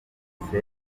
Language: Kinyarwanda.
agomba